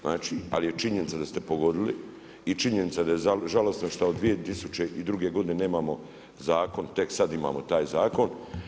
Znači, ali je činjenica da ste pogodili i činjenica je da je žalosno što od 2002. godine nemamo zakon, tek sad imamo taj zakon.